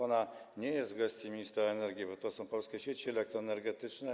Ona nie jest w gestii ministra energii bo to są Polskie Sieci Elektroenergetyczne.